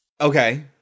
Okay